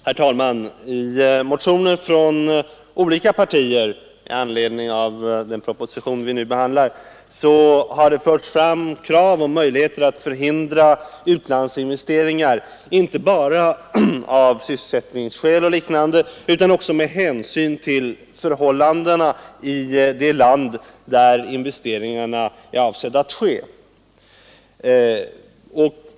Herr talman! I motioner från olika partier i anledning av den proposition vi nu behandlar har det förts fram krav på möjligheter att förhindra utlandsinvesteringar inte bara av sysselsättningsskäl o. d. utan också med hänsyn till förhållandena i det land där en investering är avsedd att ske.